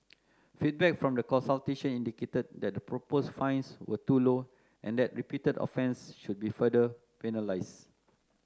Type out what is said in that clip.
feedback from the consultation indicated that the proposed fines were too low and that repeated offences should be further penalised